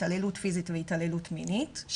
התעללות פיזית והתעללות מינית,